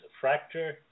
fracture